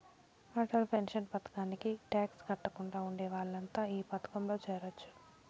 Atal pension పథకానికి tax కట్టకుండా ఉండే వాళ్లంతా ఈ పథకంలో చేరొచ్చు